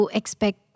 expect